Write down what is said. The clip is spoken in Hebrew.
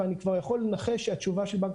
ואני כבר יכול לנחש שהתשובה של בנק